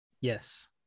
Yes